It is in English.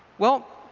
well,